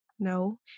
No